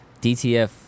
DTF